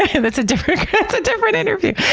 and that's a different. that's a different interview.